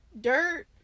dirt